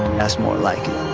that's more like